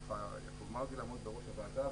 בתחרות זכה יעקב מרגי לעמוד בראש הוועדה,